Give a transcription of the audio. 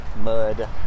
mud